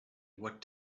what